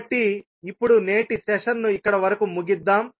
కాబట్టి ఇప్పుడు నేటి సెషన్ను ఇక్కడ వరకు ముగిద్దాం